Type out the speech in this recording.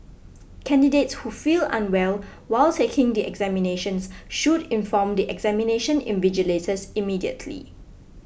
candidates who feel unwell while taking the examinations should inform the examination invigilators immediately